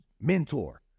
Mentor